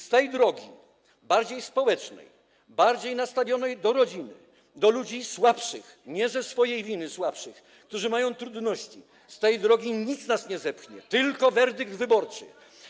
Z tej drogi, bardziej społecznej, bardziej nastawionej do rodziny, do ludzi słabszych, nie ze swojej winy słabszych, którzy mają trudności, nic nas nie zepchnie, tylko werdykt wyborczy.